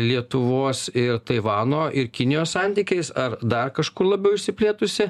lietuvos ir taivano ir kinijos santykiais ar dar kažkur labiau išsiplėtusi